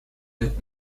did